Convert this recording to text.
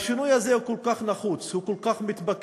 השינוי הזה הוא כל כך נחוץ, הוא כל כך מתבקש.